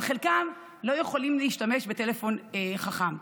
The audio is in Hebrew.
אבל חלקם, לא יכולים להשתמש בטלפון חכם,